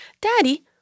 Daddy